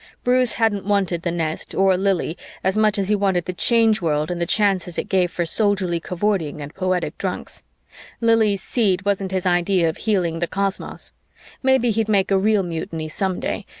bruce hadn't wanted the nest or lili as much as he wanted the change world and the chances it gave for soldierly cavorting and poetic drunks lili's seed wasn't his idea of healing the cosmos maybe he'd make a real mutiny some day,